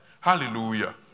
Hallelujah